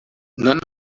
none